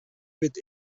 бит